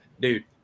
dude